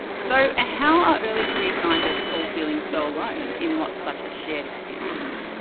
so, how are early career scientists all feeling so alone in what's such a shared experience?